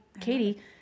Katie